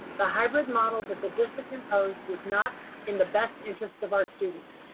the hybrid model that the district imposed is not in the best interest of our students.